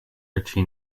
ritchie